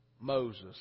Moses